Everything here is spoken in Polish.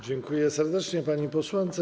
Dziękuję serdecznie pani posłance.